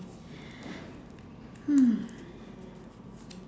hmm